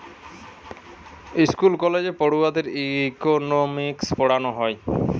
school কলেজে পড়ুয়াদের economics পোড়ানা হয়